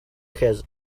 has